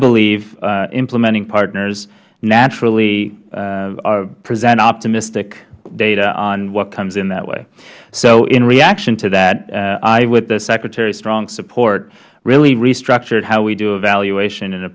believe implementing partners naturally present optimistic data on what comes in that way in reaction to that i with the secretary's strong support really restructured how we do evaluation in a